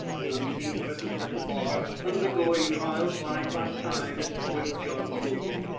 an unseen presence at the bar, undergoing trial side by side with john scoville,